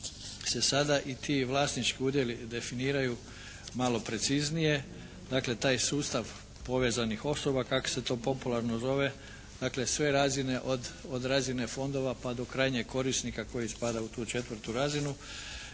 sada i ti vlasnički udjeli definiraju malo preciznije. Dakle, taj sustav povezanih osoba kako se to popularno zove. Dakle, sve razine od razine fondova pa do krajnjeg korisnika koji spada u tu četvrtu razinu.